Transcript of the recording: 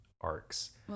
arcs